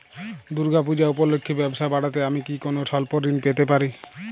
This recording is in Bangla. দূর্গা পূজা উপলক্ষে ব্যবসা বাড়াতে আমি কি কোনো স্বল্প ঋণ পেতে পারি?